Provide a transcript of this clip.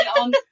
on